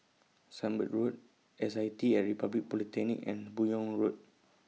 Sunbird Road S I T Republic Polytechnic and Buyong Road